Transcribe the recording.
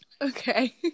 okay